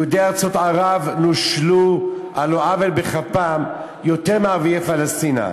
שיהודי ארצות ערב נושלו על לא עוול בכפם יותר מערביי פלשתינה.